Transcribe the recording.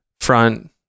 front